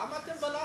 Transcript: למה אתם בלחץ?